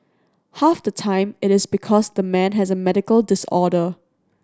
half the time it is because the man has a medical disorder